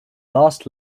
last